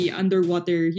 underwater